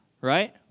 right